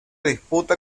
disputa